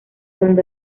donde